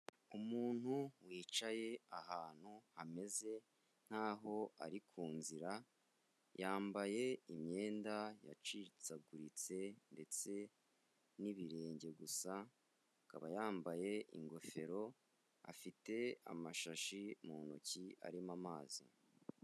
Umuntu wicaye ahantu hameze nkaho ari ku nzira, yambaye imyenda yacitsaguritse ndetse n'ibirenge gusa, akaba yambaye ingofero afite amashashi mu ntoki arimo amazi.